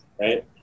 right